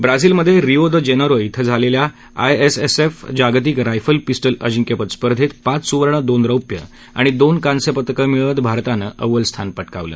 ब्राझीलमध्ये Rio de Janeiro शि झालेल्या आयएसएसएफ जागतिक रायफल पिस्टल अजिंक्यपद स्पर्धेत पाच सुवर्ण दोन रोप्य आणि दोन कांस्य पदकं मिळवत भारतानं अव्वल स्थान पटकावलं